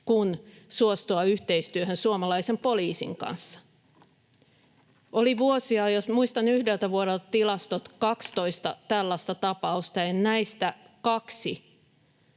kuin suostua yhteistyöhön suomalaisen poliisin kanssa. Oli vuosia... Jos muistan yhdeltä vuodelta tilastot, oli 12 tällaista tapausta, ja näistä kaksi